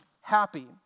happy